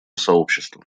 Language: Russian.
сообщества